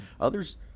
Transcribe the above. Others